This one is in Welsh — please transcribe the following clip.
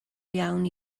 iawn